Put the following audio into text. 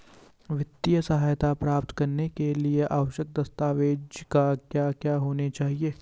वित्तीय सहायता प्राप्त करने के लिए आवश्यक दस्तावेज क्या क्या होनी चाहिए?